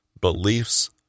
beliefs